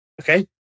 Okay